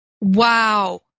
Wow